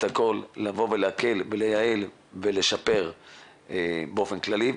הכל לבוא להקל לייעל ולשפר באופן כללי,